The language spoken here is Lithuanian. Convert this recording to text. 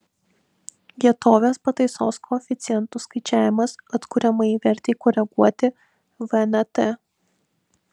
vietovės pataisos koeficientų skaičiavimas atkuriamajai vertei koreguoti vnt